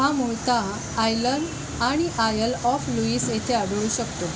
हा मूळतः आयलन आणि आयल ऑफ लुईस येथे आढळू शकतो